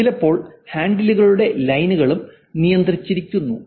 ചിലപ്പോൾ ഹാൻഡിലുകളുടെ ലൈനുകളും നിയന്ത്രിച്ചിരിക്കുന്നു